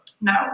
No